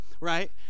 right